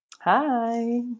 Hi